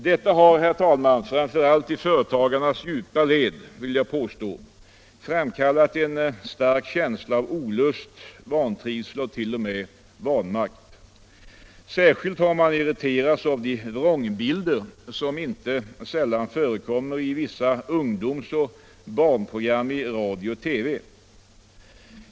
Detta har, herr talman, framför allt i företagarnas djupa led framkallat en stark känsla av olust, vantrivsel och t.o.m. vanmakt. Särskilt har man irriterats av de vrångbilder som inte sällan förekommer i vissa ungdoms och barnprogram i radio och TV.